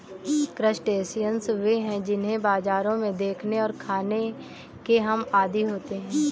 crustaceans वे हैं जिन्हें बाजारों में देखने और खाने के हम आदी होते हैं